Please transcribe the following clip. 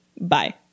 bye